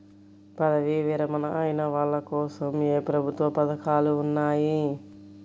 పదవీ విరమణ అయిన వాళ్లకోసం ఏ ప్రభుత్వ పథకాలు ఉన్నాయి?